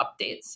updates